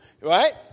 Right